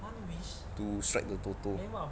to strike the toto